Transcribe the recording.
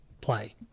play